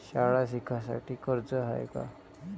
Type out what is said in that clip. शाळा शिकासाठी कर्ज हाय का?